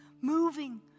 moving